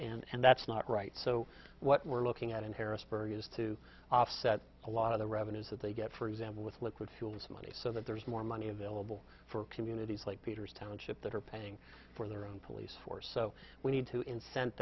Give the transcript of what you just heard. theirs and that's not right so what we're looking at in harrisburg is to offset a lot of the revenues that they get for example with liquid fuels money so that there's more money available for communities like peters township that are paying for their own police force so we need to in sent